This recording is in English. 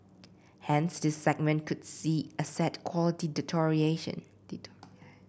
hence this segment could see asset quality deterioration